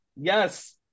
Yes